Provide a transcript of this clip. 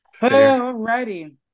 Alrighty